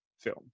film